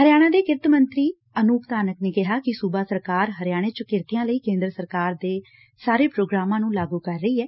ਹਰਿਆਣਾ ਦੇ ਕਿਰਤ ਮੰਤਰੀ ਅਨੁਪ ਧਾਨਕ ਨੇ ਕਿਹਾ ਕਿ ਸੁਬਾ ਸਰਕਾਰ ਹਰਿਆਣੇ ਚ ਕਿਰਤੀਆਂ ਲਈ ਕੇਦਰ ਸਰਕਾਰ ਦੇ ਸਾਰੇ ਪੋਗਰਾਮਾਂ ਨੂੰ ਲਾਗੁ ਕਰ ਰਹੀ ਐ